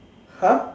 !huh!